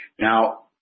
Now